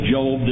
Job